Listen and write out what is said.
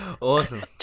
Awesome